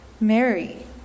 mary